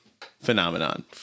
Phenomenon